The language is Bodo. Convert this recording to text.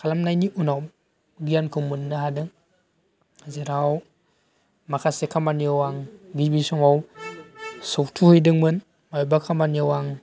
खालामनायनि उनाव गियानखौ मोन्नो हादों जेराव माखासे खामानियाव आं गिबि समाव सौथु हैदोंमोन बबेबा खामानियाव आं